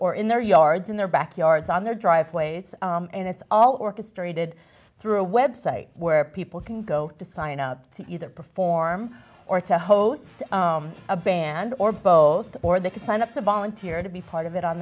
or in their yards in their backyards on their driveways and it's all orchestrated through a website where people can go to sign up to either perform or to host a band or both or they can sign up to volunteer to be part of it on